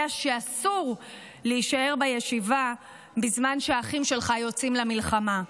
יודע שאסור להישאר בישיבה בזמן שהאחים שלך יוצאים למלחמה.